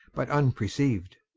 but unperceived.